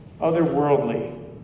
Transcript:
otherworldly